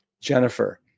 Jennifer